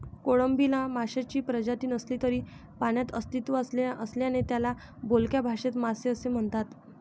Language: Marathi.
कोळंबीला माशांची प्रजाती नसली तरी पाण्यात अस्तित्व असल्याने त्याला बोलक्या भाषेत मासे असे म्हणतात